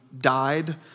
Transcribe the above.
died